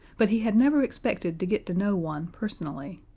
but he had never expected to get to know one personally.